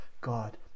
god